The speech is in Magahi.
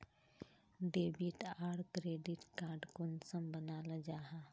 डेबिट आर क्रेडिट कार्ड कुंसम बनाल जाहा?